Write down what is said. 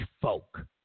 folk